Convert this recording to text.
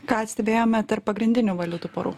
ką stebėjome tarp pagrindinių valiutų porų